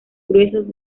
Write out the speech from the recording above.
gruesos